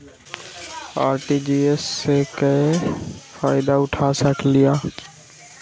RTGS करे से की फायदा उठा सकीला?